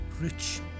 rich